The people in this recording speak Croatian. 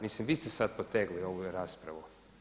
Mislim vi ste sada potegli ovu raspravu.